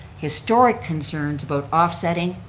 historic concerns about offsetting,